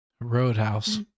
Roadhouse